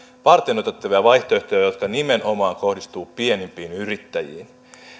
varteenotettavia vaihtoehtoja jotka nimenomaan kohdistuvat pienimpiin yrittäjiin